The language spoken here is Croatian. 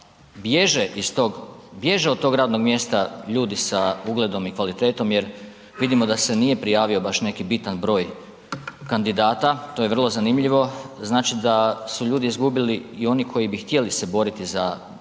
bježe od tog radnog mjesta ljudi sa ugledom i kvalitetom jer vidimo da se nije prijavio baš neki bitan broj kandidata, to je vrlo zanimljivo. Znači da su ljudi izgubili i oni koji bi htjeli se boriti za bolju